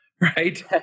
right